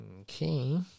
Okay